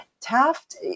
Taft